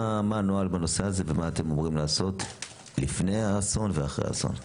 מה הנוהל בנושא הזה ומה אתם אמורים לעשות לפני האסון ואחרי האסון?